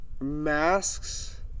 masks